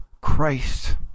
Christ